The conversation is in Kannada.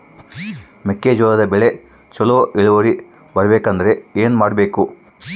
ಮೆಕ್ಕೆಜೋಳದ ಬೆಳೆ ಚೊಲೊ ಇಳುವರಿ ಬರಬೇಕಂದ್ರೆ ಏನು ಮಾಡಬೇಕು?